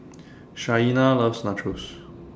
Shaina loves Nachos